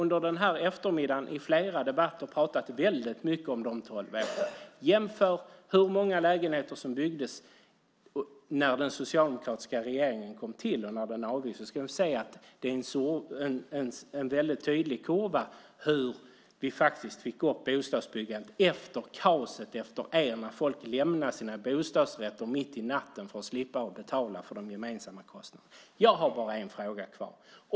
Odell har under eftermiddagen i flera debatter pratat väldigt mycket om de tolv s-åren. Jämför hur många lägenheter som byggdes när den socialdemokratiska regeringen kom till och när den avgick, så ska du se en väldigt tydlig kurva över hur vi faktiskt fick upp bostadsbyggandet efter kaoset efter er när människor lämnade sina bostadsrätter mitt i natten för att slippa betala de gemensamma kostnaderna. Jag har bara en fråga kvar.